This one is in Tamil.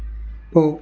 போ